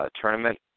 Tournament